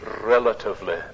relatively